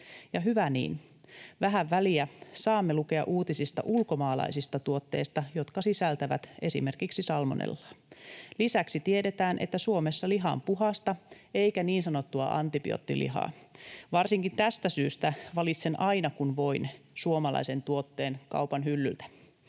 ja hyvä niin. Vähän väliä saamme lukea uutisista ulkomaalaisista tuotteista, jotka sisältävät esimerkiksi salmonellaa. Lisäksi tiedetään, että Suomessa liha on puhdasta eikä niin sanottua antibioottilihaa. Varsinkin tästä syystä valitsen aina kun voin suomalaisen tuotteen kaupan hyllyltä.